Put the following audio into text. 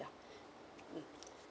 mm